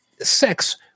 sex